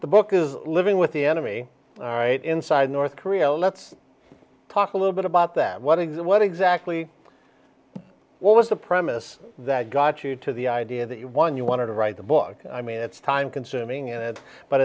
the book is living with the enemy all right inside north korea let's talk a little bit about that what is it what exactly was the premise that got you to the idea that one you wanted to write the book i mean it's time consuming it but